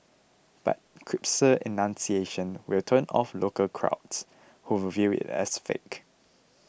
but crisper enunciation will turn off local crowds who view it as fake